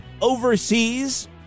overseas